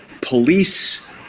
police